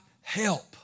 help